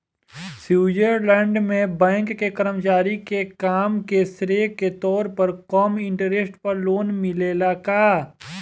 Switzerland में bank के कर्मचारी के काम के श्रेय के तौर पर कम इंटरेस्ट पर लोन मिलेला का?